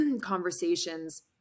conversations